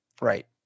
Right